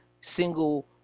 single